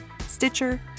Stitcher